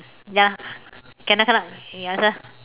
ya cannot cannot you answer